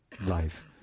life